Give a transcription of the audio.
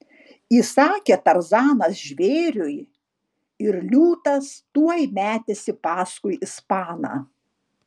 įsakė tarzanas žvėriui ir liūtas tuoj metėsi paskui ispaną